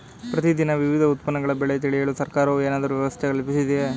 ಪ್ರತಿ ದಿನ ವಿವಿಧ ಉತ್ಪನ್ನಗಳ ಬೆಲೆ ತಿಳಿಯಲು ಸರ್ಕಾರವು ಏನಾದರೂ ವ್ಯವಸ್ಥೆ ಕಲ್ಪಿಸಿದೆಯೇ?